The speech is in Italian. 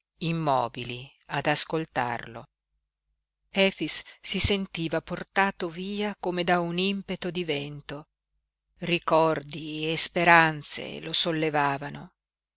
immobili ad ascoltarlo efix si sentiva portato via come da un impeto di vento ricordi e speranze lo sollevavano